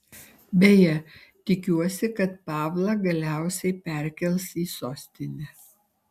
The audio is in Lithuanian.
beje tikiuosi kad pavlą galiausiai perkels į sostinę